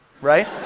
right